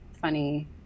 funny